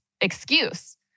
excuse